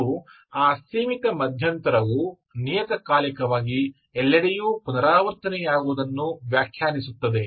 ಮತ್ತು ಆ ಸೀಮಿತ ಮಧ್ಯಂತರವು ನಿಯತಕಾಲಿಕವಾಗಿ ಎಲ್ಲೆಡೆಯೂ ಪುನರಾವರ್ತನೆಯಾಗಿರುವುದನ್ನು ವ್ಯಾಖ್ಯಾನಿಸುತ್ತದೆ